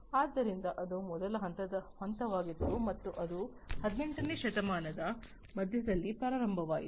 ಆದ್ದರಿಂದ ಅದು ಮೊದಲ ಹಂತವಾಗಿತ್ತು ಮತ್ತು ಅದು 18 ನೇ ಶತಮಾನದ ಮಧ್ಯದಲ್ಲಿ ಪ್ರಾರಂಭವಾಯಿತು